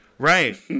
Right